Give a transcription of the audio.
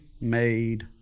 made